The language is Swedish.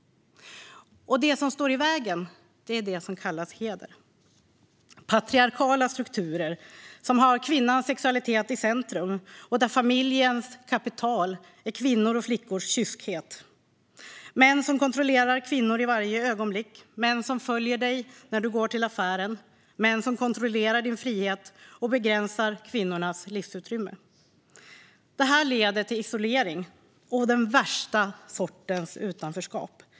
Det som står i vägen är det som kallas heder. Det handlar om patriarkala strukturer som har kvinnans sexualitet i centrum och där familjens kapital är kvinnors och flickors kyskhet. Det handlar om män som kontrollerar kvinnor i varje ögonblick - män som följer kvinnorna när de går till affären, som kontrollerar deras frihet och som begränsar deras livsutrymme. Det här leder till isolering och den värsta sortens utanförskap.